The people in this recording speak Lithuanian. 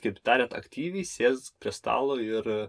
kaip tariant aktyviai sėsk prie stalo ir